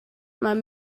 man